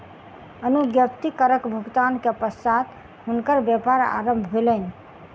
अनुज्ञप्ति करक भुगतान के पश्चात हुनकर व्यापार आरम्भ भेलैन